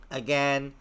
again